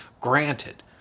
Granted